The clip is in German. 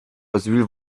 asyl